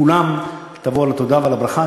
כולם יבואו על התודה והברכה.